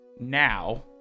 Now